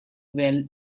were